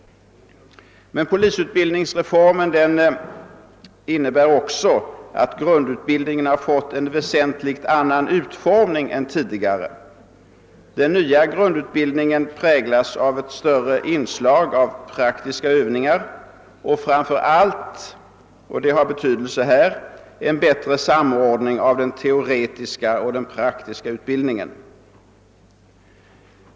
Polisutbildningsreformen innebär också att grundutbildningen har fått en väsentligt ändrad utformning. Den nya grundutbildningen präglas av ett större inslag av praktiska övningar och framför allt, vilket har betydelse i detta sammanhang, en bättre samordning av den teoretiska och den praktiska utbildningen.